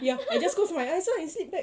ya I just close my eyes ah and sleep back